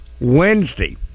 Wednesday